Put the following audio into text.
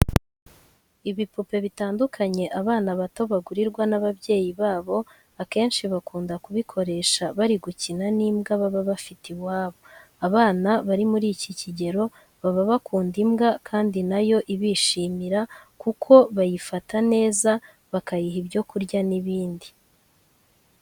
Ibipupe bitandukanye abana bato bagurirwa n'ababyeyi babo akenshi bakunda kubikoresha bari gukina n'imbwa baba bafite iwabo. Abana bari muri iki kigero baba bakunda imbwa kandi na yo ibishimira kuko bayifata neza bakayiha ibyo kurya n'ibindi.